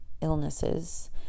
illnesses